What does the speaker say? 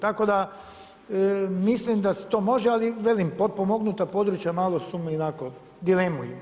Tako da mislim da se to može, ali velim potpomognuta područja malo su mi onako, dilemu imam.